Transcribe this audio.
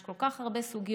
יש כל כך הרבה סוגיות